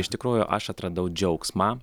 iš tikrųjų aš atradau džiaugsmą